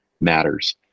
matters